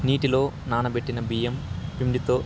నీటిలో నానబెట్టిన బియ్యం పిండితో